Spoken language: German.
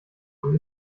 und